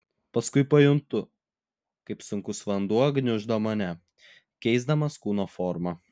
paskui pajuntu kaip sunkus vanduo gniuždo mane keisdamas kūno formą